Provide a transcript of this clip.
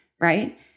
right